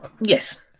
Yes